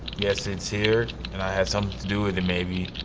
yes, it's here, and i had something to do with it maybe.